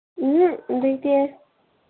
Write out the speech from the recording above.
ꯂꯩꯇꯦ